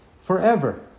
forever